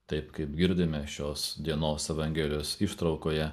taip kaip girdime šios dienos evangelijos ištraukoje